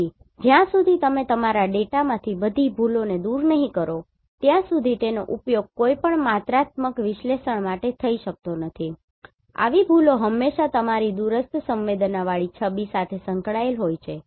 તેથી જ્યાં સુધી તમે તમારા ડેટામાંથી બધી ભૂલોને દૂર નહીં કરો ત્યાં સુધી તેનો ઉપયોગ કોઈપણ માત્રાત્મક વિશ્લેષણ માટે થઈ શકતો નથી આવી ભૂલો હંમેશાં તમારી દૂરસ્થ સંવેદનાવાળી છબી સાથે સંકળાયેલી હોય છે